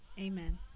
amen